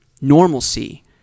Normalcy